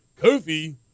Kofi